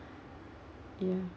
ya